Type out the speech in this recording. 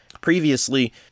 Previously